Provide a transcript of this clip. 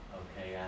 okay